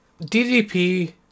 DDP